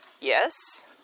Yes